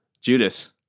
Judas